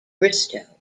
bristow